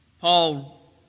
Paul